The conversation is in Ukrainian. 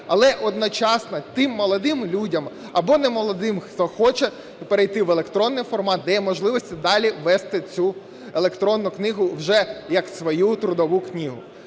Але одночасно, тим молодим людям або немолодим, хто хоче перейти в електронний формат, дає можливості далі вести цю електронну книгу вже як свою трудову книгу.